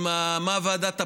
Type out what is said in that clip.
מה ועדת הפנים,